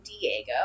Diego